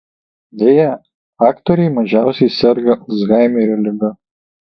beje aktoriai mažiausiai serga alzhaimerio liga